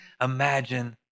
imagine